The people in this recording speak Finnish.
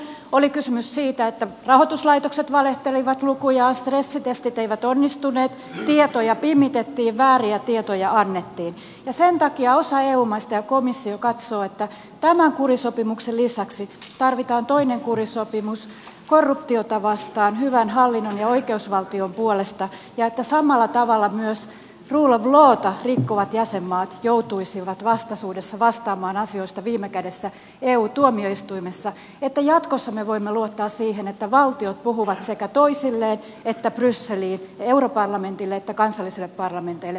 oli kysymys siitä että rahoituslaitokset valehtelivat lukujaan stressitestit eivät onnistuneet tietoja pimitettiin vääriä tietoja annettiin ja sen takia osa eu maista ja komissio katsoo että tämän kurisopimuksen lisäksi tarvitaan toinen kurisopimus korruptiota vastaan hyvän hallinnon ja oikeusvaltion puolesta ja että samalla tavalla myös rule of lawta rikkovat jäsenmaat joutuisivat vastaisuudessa vastaamaan asioista viime kädessä eu tuomioistuimessa jotta jatkossa me voimme luottaa siihen että valtiot puhuvat totta sekä toisilleen että brysseliin sekä europarlamentille että kansallisille parlamenteille